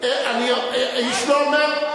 איש לא אומר,